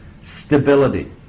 stability